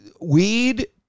weed